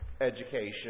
education